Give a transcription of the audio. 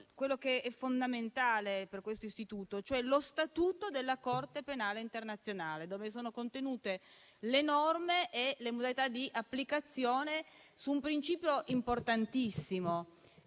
quello che è fondamentale per questo istituto, cioè lo Statuto della Corte penale internazionale, nel quale sono contenute le norme e le modalità di applicazione di un principio importantissimo.